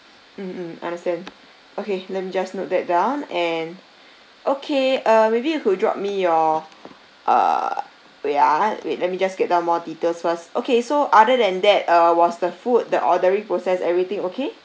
mm mm understand okay let me just note that down and okay uh maybe you could drop me your err wait ah wait let me just get them more details first okay so other than that uh was the food the ordering process everything okay